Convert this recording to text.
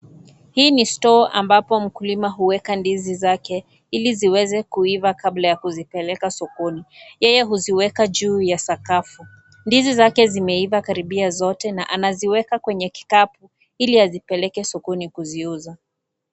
Hii ni store ambapo mkulima huweka ndizi zake, ili ziweze kuiva kabla ya kuzipeleka sokoni. Yeye huziweka juu ya sakafu. Ndizi zake zimeiva karibia zote na anaziweka kwenye kikapu, ili azipeleke sokoni kuziuza.